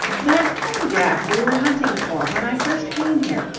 that photograph we were hunting for when i first came here!